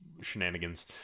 shenanigans